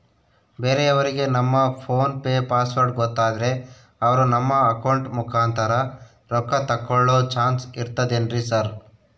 ಬೇರೆಯವರಿಗೆ ನಮ್ಮ PhonePe password ಗೊತ್ತಾದ್ರೆ ಅವರು ನಮ್ಮ ಅಕೌಂಟ್ ಮುಖಾಂತರ ರೊಕ್ಕ ತಕ್ಕೊಳ್ಳೋ ಚಾನ್ಸ್ ಇರ್ತದೆನ್ರಿ ಸರ್?